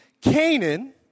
Canaan